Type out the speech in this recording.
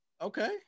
Okay